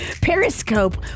Periscope